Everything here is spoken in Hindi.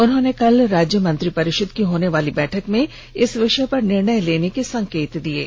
उन्होंने कल राज्य मंत्रिपरिषद की होने वाली बैठक में इस विषय पर निर्णय लेने के संकेत दिए हैं